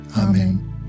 Amen